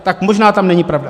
Tak možná tam není pravda.